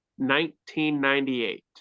1998